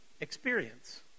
experience